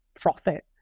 profit